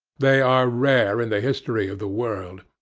they are rare in the history of the world.